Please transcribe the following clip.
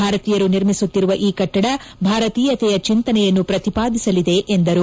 ಭಾರತೀಯರು ನಿರ್ಮಿಸುತ್ತಿರುವ ಈ ಕಟ್ನಡ ಭಾರತೀಯತೆಯ ಚಿಂತನೆಯನ್ನು ಪ್ರತಿಪಾದಿಸಲಿದೆ ಎಂದರು